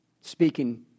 Speaking